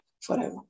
forever